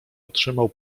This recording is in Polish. otrzymał